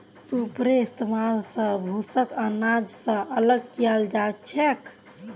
सूपेर इस्तेमाल स भूसाक आनाज स अलग कियाल जाछेक